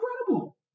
incredible